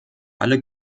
alle